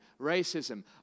racism